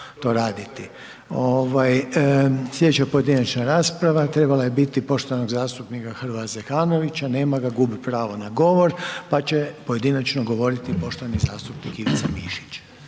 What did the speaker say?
Slijedeća pojedinačna rasprava trebala je biti poštovanog zastupnika Hrvoja Zekanovića, nema ga, gubi pravo na govor pa će pojedinačno govoriti poštovani zastupnik Ivica Mišić.